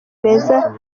beza